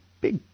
big